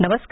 नमस्कार